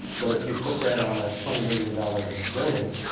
but if you put that on a twenty million dollars building,